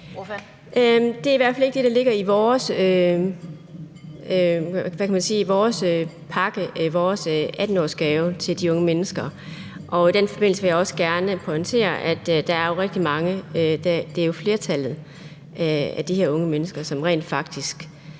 Det er i hvert fald ikke det, der ligger i vores pakke, vores 18-årsgave til de unge mennesker. I den forbindelse vil jeg også gerne pointere, at der jo er rigtig mange – det er jo flertallet – af de her unge mennesker, som rent faktisk